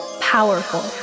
powerful